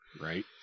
Right